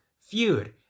feud